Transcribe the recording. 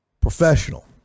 professional